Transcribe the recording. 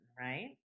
right